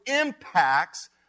impacts